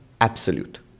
absolute